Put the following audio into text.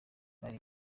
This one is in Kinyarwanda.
cyari